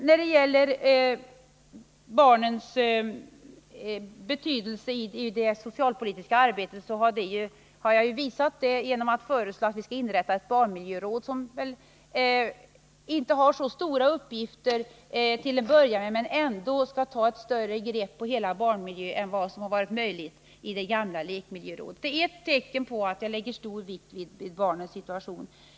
Jag har visat på barnens betydelse i det socialpolitiska arbetet genom att föreslå att vi skall inrätta ett barnmiljöråd. Det kommer väl inte att ha så stora uppgifter till en början, men det skall ta ett större grepp på hela barnmiljön än vad som har varit möjligt i det gamla lekmiljörådet. Det är ett tecken på att jag lägger stor vikt vid barnens situation.